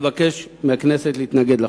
אבקש מהכנסת להתנגד לחוק.